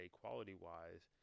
quality-wise